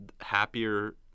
happier